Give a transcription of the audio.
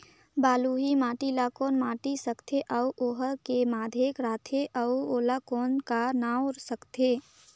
बलुही माटी ला कौन माटी सकथे अउ ओहार के माधेक राथे अउ ओला कौन का नाव सकथे?